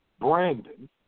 Brandon